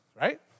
Right